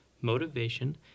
motivation